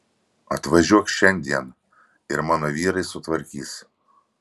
atvažiuok šiandien ir mano vyrai sutvarkys